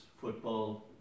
football